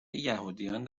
یهودیان